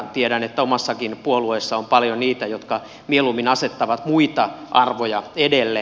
tiedän että omassakin puolueessa on paljon niitä jotka mieluummin asettavat muita arvoja edelle